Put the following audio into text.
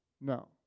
No